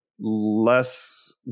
less